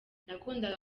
nakundaga